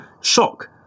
shock